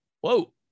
Whoa